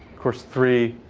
course three,